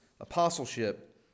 apostleship